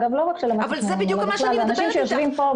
על זה בדיוק אני מדברת אתך.